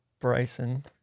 Bryson